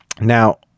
Now